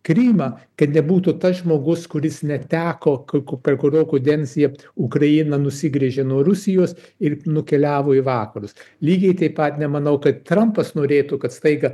krymą kad nebūtų tas žmogus kuris neteko k per kurio kadenciją ukraina nusigręžė nuo rusijos ir nukeliavo į vakarus lygiai taip pat nemanau kad trampas norėtų kad staiga